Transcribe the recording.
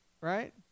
Right